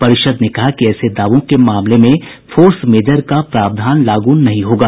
परिषद् ने कहा कि ऐसे दावों के मामलों में फोर्स मेजर का प्रावधान लागू नहीं होगा